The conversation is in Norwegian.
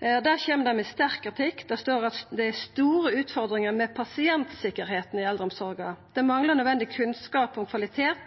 Der kjem dei med sterk kritikk. Det står at det er store utfordringar med pasientsikkerheita i eldreomsorga. Det manglar nødvendig kunnskap om kvalitet,